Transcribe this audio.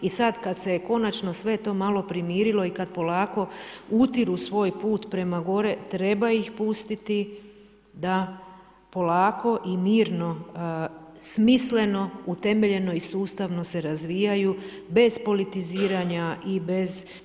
I sada kada se konačno sve tu malo primirilo i kada polako utiru svoj put prema gore, treba ih pustiti da polako i mirno smisleno utemeljeno i sustavno se razvijaju bez proletariziranja i bez.